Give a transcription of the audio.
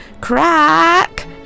Crack